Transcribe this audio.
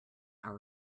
our